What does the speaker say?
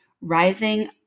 rising